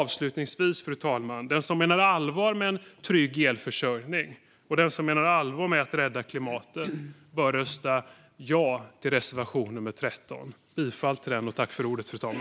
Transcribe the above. Avslutningsvis: Den som menar allvar med att trygga elförsörjningen och att rädda klimatet röstar ja till reservation nr 13. Jag yrkar bifall till den.